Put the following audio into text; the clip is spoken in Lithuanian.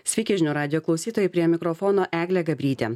sveiki žinių radijo klausytojai prie mikrofono eglė gabrytė